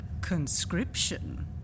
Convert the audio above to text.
Conscription